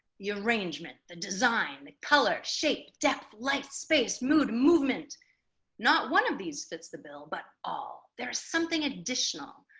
the arrangement, the design, the colour, shape, depth, light, space, mood, movement not one of these fits the bill but all. there's something additional,